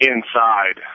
Inside